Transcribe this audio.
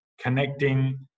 connecting